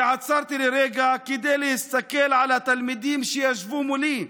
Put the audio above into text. ועצרתי לרגע כדי להסתכל על התלמידים שישבו מולי.